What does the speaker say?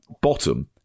bottom